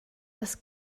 das